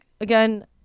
again